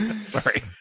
Sorry